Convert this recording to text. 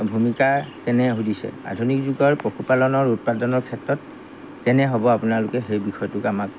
ভূমিকা কেনে সুধিছে আধুনিক যুগৰ পশুপালনৰ উৎপাদনৰ ক্ষেত্ৰত কেনে হ'ব আপোনালোকে সেই বিষয়টো আমাক